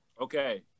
Okay